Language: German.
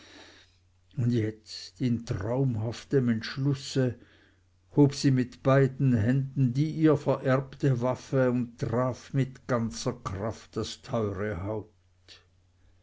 und rettungslos umstellt jetzt in traumhaftem entschlusse hob sie mit beiden händen die ihr vererbte waffe und traf mit ganzer kraft das teure haupt